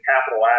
capital